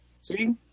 See